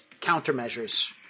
countermeasures